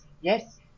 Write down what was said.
yes